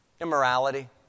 Immorality